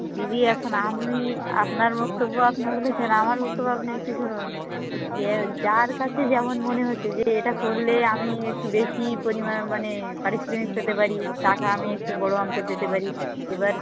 দিদি এখন আমি আপনার বক্তব্য আপনি বলেছেন আমার বক্তব্য আপনি একটু শুনুন যে যার কাছে যেমন মনে হচ্ছে যে এটা করলে আমি একটু বেশি পরিমাণ মানে পারিশ্রমিক পেতে পারি টাকা আমি একটু বড়ো অঙ্কের পেতে পারি এবার